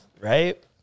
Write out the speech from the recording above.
right